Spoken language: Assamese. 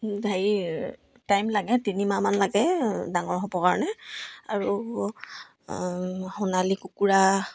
হেৰি টাইম লাগে তিনিমাহমান লাগে ডাঙৰ হ'ব কাৰণে আৰু সোণালী কুকুৰা